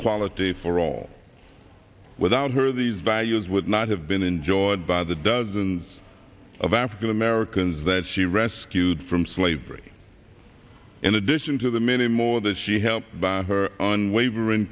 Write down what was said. equality for all without her these values would not have been enjoyed by the dozens of african americans that she rescued from slavery in addition to the many more that she helped her unwavering